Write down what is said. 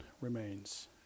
remains